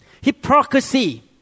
Hypocrisy